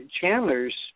Chandler's